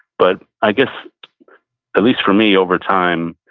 but i guess at least for me over time,